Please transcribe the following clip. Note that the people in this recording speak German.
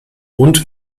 und